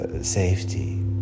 safety